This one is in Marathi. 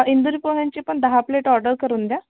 इंदोरी पोह्यांची पण दहा प्लेट ऑर्डर करून द्या